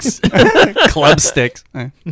Clubsticks